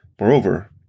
Moreover